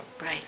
Right